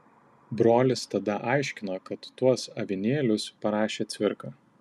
brolis tada aiškino kad tuos avinėlius parašė cvirka